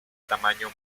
tamaño